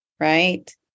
right